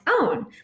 own